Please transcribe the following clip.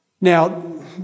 Now